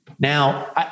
Now